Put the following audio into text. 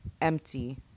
empty